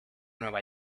nueva